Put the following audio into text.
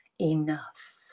enough